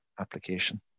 application